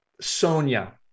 Sonia